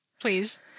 Please